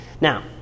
now